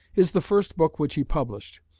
is the first book which he published,